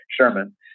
Sherman